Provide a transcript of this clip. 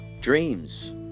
dreams